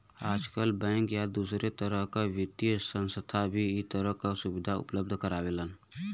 आजकल बैंक या दूसरे तरह क वित्तीय संस्थान भी इ तरह क सुविधा उपलब्ध करावेलन